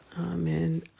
Amen